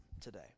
today